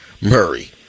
Murray